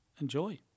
enjoy